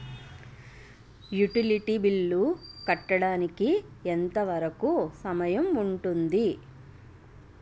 Utility bill కట్టడానికి ఎంత వరుకు సమయం ఉంటుంది?